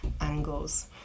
angles